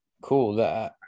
cool